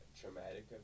traumatic